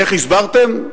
איך הסברתם?